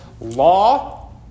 law